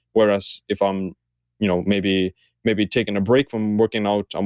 whereas if i'm you know maybe maybe taking a break from working out, um